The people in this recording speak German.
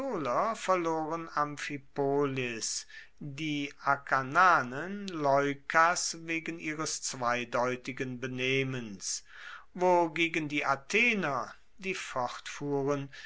verloren amphipolis die akarnanen leukas wegen ihres zweideutigen benehmens wogegen die athener die